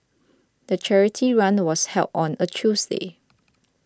the charity run was held on a Tuesday